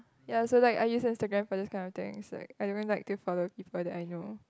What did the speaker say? ya so like I used Instagram for this kind of things is like I don't like to follow people that I know